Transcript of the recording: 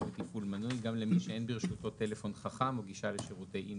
ותפעול מינוי גם למי שאין ברשותו טלפון חכם או גישה לשירותי אינטרנט'.